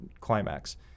climax